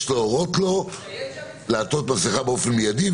יש להורות לו לעטות מסכה באופן מידי,